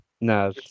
No